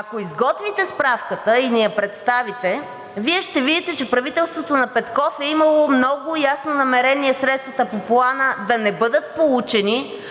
Ако изготвите справката и ни я представите, Вие ще видите, че правителството на Петков е имало много ясно намерение средствата по Плана да не бъдат получени,